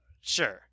Sure